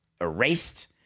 erased